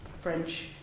French